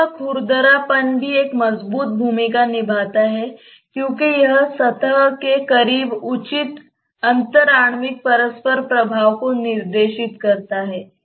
सतह खुरदरापन भी एक मजबूत भूमिका निभाता है क्योंकि यह सतह के करीब उचित अंतर आणविक परस्पर प्रभाव को निर्देशित करता है